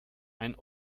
ein